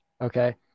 Okay